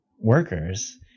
workers